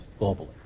globally